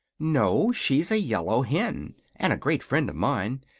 no she's a yellow hen, and a great friend of mine.